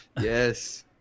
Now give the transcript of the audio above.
Yes